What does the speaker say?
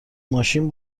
ماشین